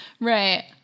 Right